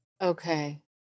Okay